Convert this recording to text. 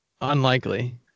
Unlikely